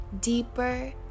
Deeper